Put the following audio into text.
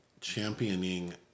championing